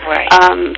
Right